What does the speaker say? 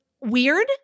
weird